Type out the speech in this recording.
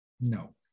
No